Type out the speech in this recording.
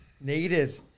needed